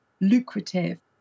lucrative